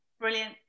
Brilliant